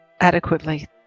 adequately